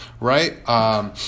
right